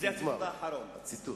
זה הציטוט